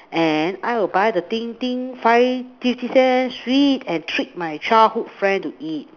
and I will buy the 叮叮 five fifty cents free and treat my childhood friend to eat